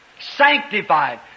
sanctified